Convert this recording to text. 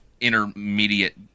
intermediate